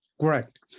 correct